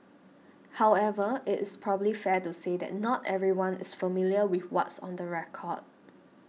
however is probably fair to say that not everyone is familiar with what's on the record